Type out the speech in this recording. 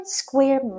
square